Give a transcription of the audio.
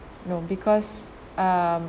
no because um